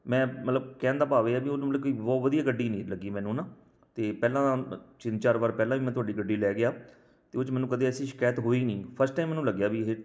ਮੈਂ ਮਤਲਬ ਕਹਿਣ ਦਾ ਭਾਵ ਇਹ ਹੈ ਵੀ ਉਹ ਮਤਲਬ ਕਿ ਬਹੁਤ ਵਧੀਆ ਗੱਡੀ ਨਹੀਂ ਲੱਗੀ ਮੈਨੂੰ ਨਾ ਅਤੇ ਪਹਿਲਾਂ ਤਿੰਨ ਚਾਰ ਵਾਰ ਪਹਿਲਾਂ ਵੀ ਮੈਂ ਤੁਹਾਡੀ ਗੱਡੀ ਲੈ ਗਿਆ ਅਤੇ ਉਹ 'ਚ ਮੈਨੂੰ ਕਦੇ ਐਸੀ ਸ਼ਿਕਾਇਤ ਹੋਈ ਨਹੀਂ ਫਸਟ ਟਾਈਮ ਮੈਨੂੰ ਲੱਗਿਆ ਵੀ ਇਹ